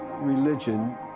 religion